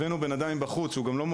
הבאנו בן אדם מבחוץ, ככה הסתכלנו על זה.